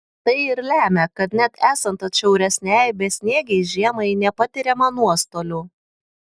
tai ir lemia kad net esant atšiauresnei besniegei žiemai nepatiriama nuostolių